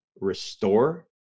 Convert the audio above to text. restore